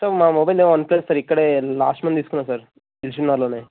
అంటే మా mobile OnePlus ఇక్కడే లాస్ట్ మంత్ తీసుకున్నా సార్ తెలిసినవాళ్ళనీ